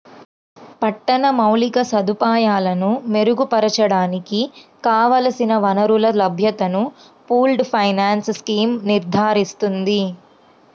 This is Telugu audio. పట్టణ మౌలిక సదుపాయాలను మెరుగుపరచడానికి కావలసిన వనరుల లభ్యతను పూల్డ్ ఫైనాన్స్ స్కీమ్ నిర్ధారిస్తుంది